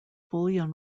bullion